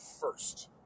first